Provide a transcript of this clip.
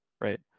right